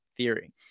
theory